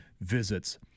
visits